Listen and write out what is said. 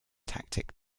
tactic